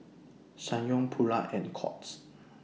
Ssangyong Pura and Courts